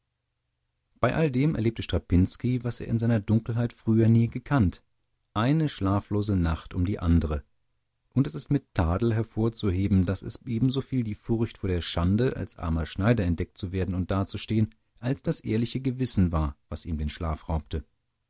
bei alldem erlebte strapinski was er in seiner dunkelheit früher nie gekannt eine schlaflose nacht um die andere und es ist mit tadel hervorzuheben daß es ebensoviel die furcht vor der schande als armer schneider entdeckt zu werden und dazustehen als das ehrliche gewissen war was ihm den schlaf raubte